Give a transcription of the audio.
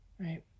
right